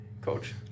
Coach